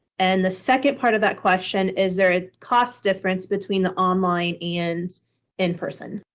and the second part of that question, is there a cost difference between the online and in person?